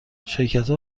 شرکتها